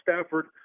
Stafford